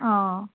অঁ